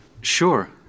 Sure